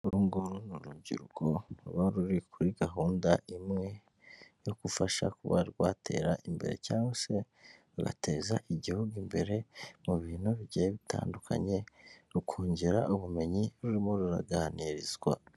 Uru nguru ni urubyiruko ruba ruri kuri gahunda imwe yo gufasha kuba rwatera imbere, cyangwa se rugateza Igihugu imbere mu bintu bigiye bitandukanye, rukongera ubumenyi rurimo ruraganirizwa.